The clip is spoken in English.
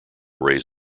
raise